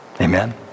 amen